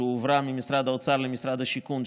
שהועברה ממשרד האוצר למשרד השיכון,